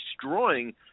destroying